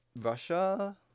Russia